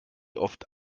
oft